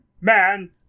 man